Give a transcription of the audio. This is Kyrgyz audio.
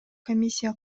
комиссия